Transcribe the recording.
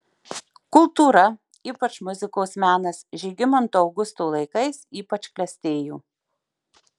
kultūra ypač muzikos menas žygimanto augusto laikais ypač klestėjo